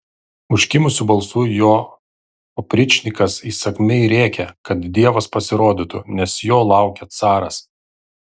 užkimusiu balsu jo opričnikas įsakmiai rėkia kad dievas pasirodytų nes jo laukia caras